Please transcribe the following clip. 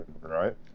right